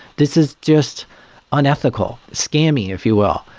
this is just unethical, scammy if you will,